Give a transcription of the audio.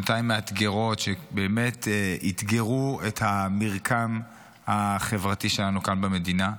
שנתיים מאתגרות שבאמת אתגרו את המרקם החברתי שלנו כאן במדינה,